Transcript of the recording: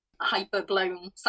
hyper-blown